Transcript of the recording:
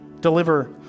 deliver